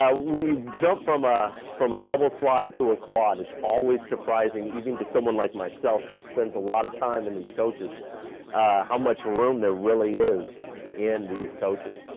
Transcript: ah when you jump from ah from a double slide, to a quad, it's always surprising even to someone like myself, who spends a lot of time in these coaches how much room there really is in these coaches.